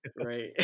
right